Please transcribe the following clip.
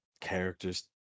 characters